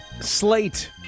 slate